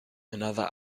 another